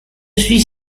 suis